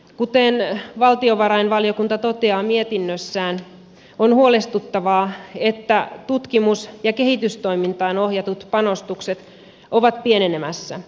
kuten valtiovarainvaliokunta toteaa mietinnössään on huolestuttavaa että tutkimus ja kehitystoimintaan ohjatut panostukset ovat pienenemässä